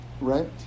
Right